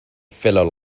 fellow